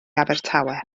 abertawe